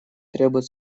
требует